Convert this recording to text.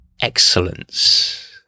excellence